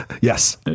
Yes